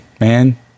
man